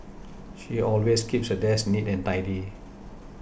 she always keeps her desk neat and tidy